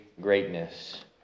greatness